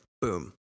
Boom